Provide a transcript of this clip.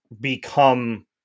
become